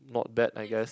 not bad I guess